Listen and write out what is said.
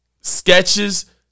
sketches